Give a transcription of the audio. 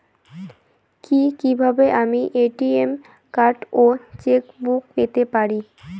কি কিভাবে আমি এ.টি.এম কার্ড ও চেক বুক পেতে পারি?